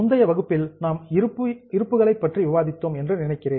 முந்தைய வகுப்பில் நாம் இருப்புகள் பற்றி விவாதித்தோம் என்று நினைக்கிறேன்